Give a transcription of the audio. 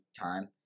time